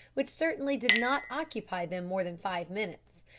which certainly did not occupy them more than five minutes.